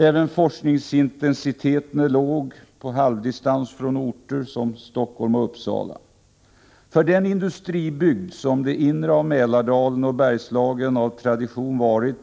Även forskningsintensiteten är låg på ”halvdistans” från orter som Stockholm och Uppsala. För den industribygd som det inre av Mälardalen och Bergslagen av tradition varit